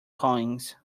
coins